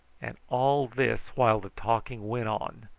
and all this while the talking went on,